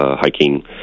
hiking